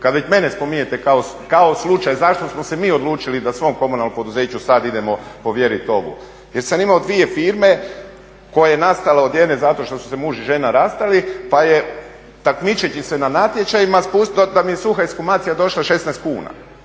Kada već mene spominjete kao slučaj zašto smo se mi odlučili da svom komunalnom poduzeću sada idemo povjeriti ovo jer sam imao dvije firme koja je nastala od jedne zato što su se muž i žena rastali pa je takmičeći se na natječajima …/Govornik se ne razumije./… došla 16 kuna